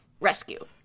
rescue